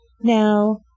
Now